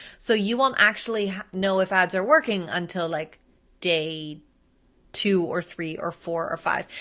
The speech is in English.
so you won't actually know if ads are working until like day two or three or four or five.